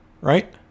right